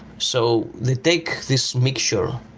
so they take this mixture,